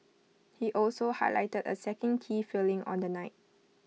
he also highlighted A second key failing on the night